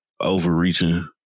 overreaching